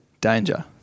Danger